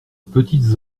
petites